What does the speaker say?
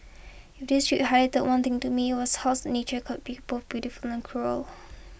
if this trip highlighted one thing to me was how's nature could be both beautiful and cruel